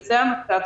וזה המצב,